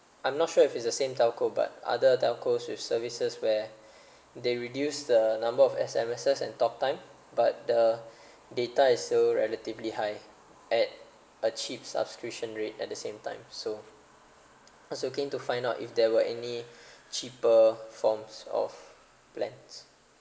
I'm not sure if it's the same telco but other telco with services where they reduce the number of S_M_Ses and talk time but the data is so relatively high at a cheap subscription rate at the same time so was looking to find out if there were any cheaper forms of plans